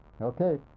okay